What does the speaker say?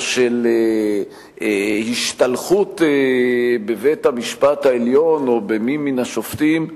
או של השתלחות בבית-המשפט העליון או במי מן השופטים,